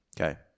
Okay